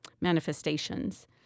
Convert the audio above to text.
manifestations